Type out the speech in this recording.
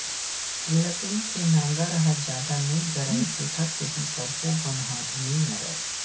लकड़ी के नांगर ह जादा नइ गड़य तेखर सेती सब्बो बन ह नइ मरय